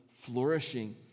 flourishing